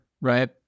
right